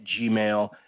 gmail